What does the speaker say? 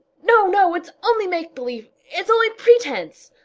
no, no, it's only make believe, it's only pretence!